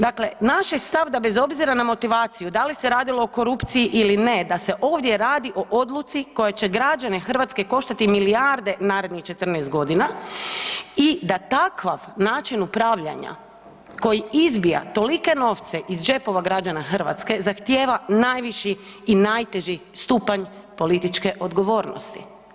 Dakle, naš je stav da bez obzira na motivaciju da li se radilo o korupciji ili ne da se ovdje radi o odluci koja će građane Hrvatske koštati milijarde narednih 14 godina i da takav način upravljanja koji izbija tolike novce ih džepova građana Hrvatske zahtijeva najviši i nateži stupanj političke odgovornosti.